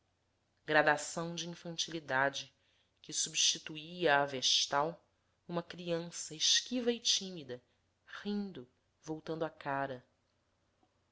gradação de infantilidade que substituía à vestal uma criança esquiva e tímida rindo voltando a cara